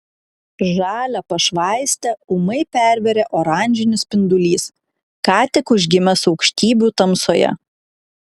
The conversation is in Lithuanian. žalią pašvaistę ūmai pervėrė oranžinis spindulys ką tik užgimęs aukštybių tamsoje